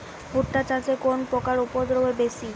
ভুট্টা চাষে কোন পোকার উপদ্রব বেশি?